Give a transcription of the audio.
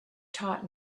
taught